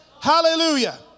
hallelujah